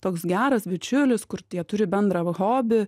toks geras bičiulis kur tie turi bendrą hobį